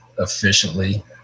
efficiently